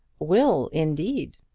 will, indeed!